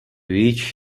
each